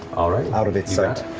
out of its sight.